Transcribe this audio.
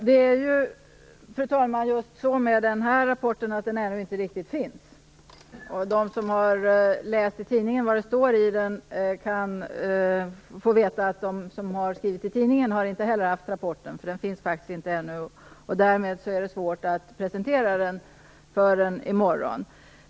Fru talman! Det är ju så med denna rapport att den ännu riktigt finns. De som har läst i sin tidning om vad som står i den kan få veta att inte heller de som har skrivit i tidningarna har haft tillgång till rapporten. Den finns faktiskt inte ännu, och det är därmed svårt att kommentera den förrän i morgon.